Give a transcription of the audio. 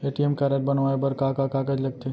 ATM card बनवाये बर का का कागज लगथे?